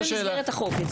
זה במסגרת החוק.